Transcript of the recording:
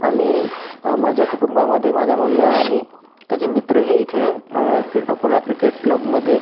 आणि माझ्या कुटुंबामध्ये माझा मुलगा आणि त्याचे मित्र हे इथे अकोला क्रिकेट क्लबमध्ये